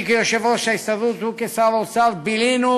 אני כיושב-ראש ההסתדרות והוא כשר האוצר בילינו